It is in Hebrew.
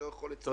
מודע